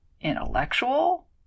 Intellectual